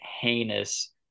heinous